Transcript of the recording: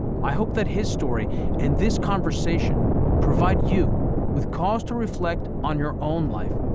i hope that his story and this conversation provide you with cause to reflect on your own life.